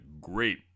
Great